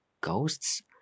ghosts